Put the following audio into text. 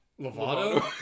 Lovato